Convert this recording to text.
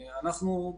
אנחנו,